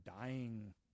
dying